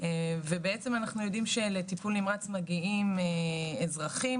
ובעצם אנחנו יודעים שלטיפול נמרץ מגיעים אזרחים